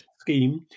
scheme